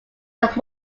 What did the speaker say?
are